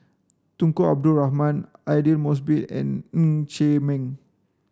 Tunku Abdul Rahman Aidli Mosbit and Ng Chee Meng